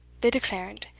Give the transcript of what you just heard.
the declarant,